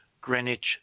Greenwich